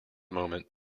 moment